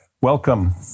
Welcome